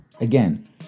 again